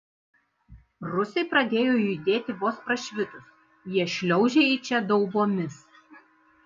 rusai pradėjo judėti vos prašvitus jie šliaužia į čia daubomis